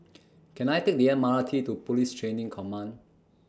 Can I Take The M R T to Police Training Command